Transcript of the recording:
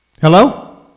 Hello